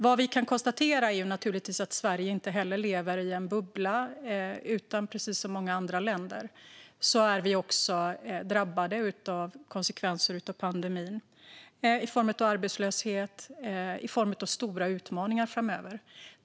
Vad vi kan konstatera är att Sverige inte lever i en bubbla, utan vi är precis som många andra länder drabbade av konsekvenserna av pandemin i form av arbetslöshet och stora utmaningar framöver.